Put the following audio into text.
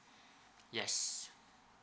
yes